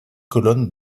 colonnes